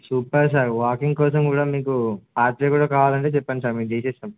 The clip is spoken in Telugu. సూపర్ సార్ వాకింగ్ కోసం కూడా మీకు పాత్రే కూడా కావాలంటే చెప్పండి సార్ మీరు చేసేస్తాం